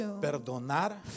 perdonar